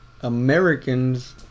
Americans